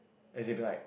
as in like